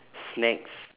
snacks